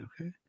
Okay